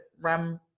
Ram